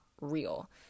real